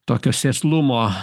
tokio sėslumo